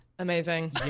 amazing